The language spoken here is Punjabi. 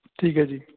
ਠੀਕ ਹੈ ਜੀ